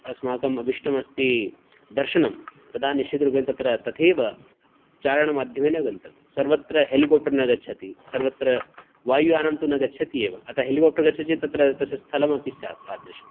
अस्माकम् अभीष्टमस्ति दर्शनं तदा निश्चितरूपेण तत्र तथैव चारणमाध्यमेन गन्तव्यं सर्वत्र हेलिकाप्टर् न गच्छति सर्वत्र वायुयानं तु न गच्छति एव अतः हेलिकाप्टर् गच्छति चेत् तत्र तस्य स्थलमपि स्यात् तादृशम्